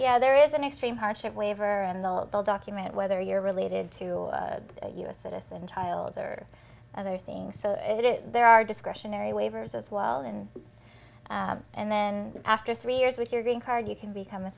yeah there is an extreme hardship waiver and the whole document whether you're related to a u s citizen child or other things so it is there are discretionary waivers as well and and then after three years with your green card you can become a